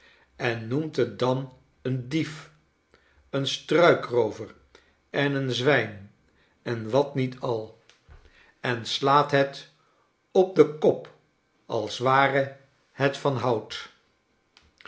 en noemt het dan een dief een struikroover en een zwijn en wat niet al en slaat het op den kop als ware het van hout